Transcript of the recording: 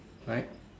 right